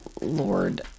Lord